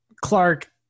Clark